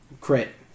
Crit